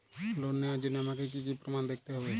Loan নেওয়ার জন্য আমাকে কী কী প্রমাণ দেখতে হবে?